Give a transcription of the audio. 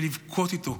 ולבכות איתו,